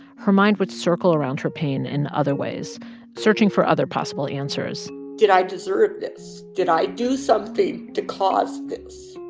her mind would circle around her pain in other ways searching for other possible answers did i deserve this? did i do something to cause this?